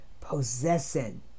possessing